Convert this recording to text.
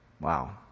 wow